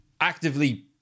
actively